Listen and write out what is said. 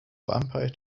vampire